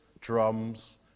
drums